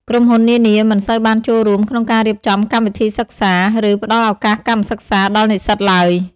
ក្រុមហ៊ុននានាមិនសូវបានចូលរួមក្នុងការរៀបចំកម្មវិធីសិក្សា ឬផ្តល់ឱកាសកម្មសិក្សាដល់និស្សិតឡើយ។